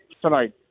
tonight